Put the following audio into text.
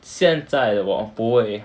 现在我不会